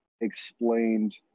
explained